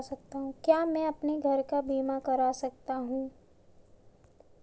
क्या मैं अपने घर का बीमा करा सकता हूँ?